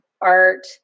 art